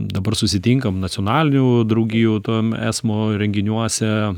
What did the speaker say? dabar susitinkam nacionalinių draugijų tam esmo renginiuose